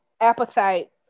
appetite